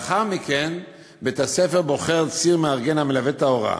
לאחר מכן בית-הספר בוחר ציר מארגן המלווה את ההוראה.